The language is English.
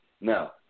no